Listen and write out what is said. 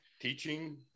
teaching